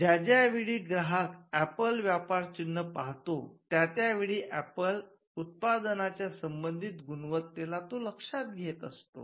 ज्या ज्या वेळी ग्राहक ऍपल व्यापारचिन्ह पाहतो त्या त्या वेळी ऍपल उत्पादनाच्या संबधित गुणवत्तेला तो लक्षात घेतो